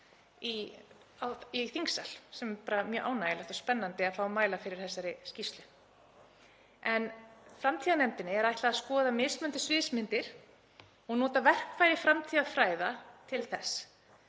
í þingsal og mjög ánægjulegt og spennandi að fá að mæla fyrir þessari skýrslu. Framtíðarnefndinni er ætlað að skoða mismunandi sviðsmyndir og nota verkfæri framtíðarfræða til þess.